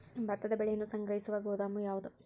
ಭತ್ತದ ಬೆಳೆಯನ್ನು ಸಂಗ್ರಹಿಸುವ ಗೋದಾಮು ಯಾವದು?